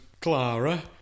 clara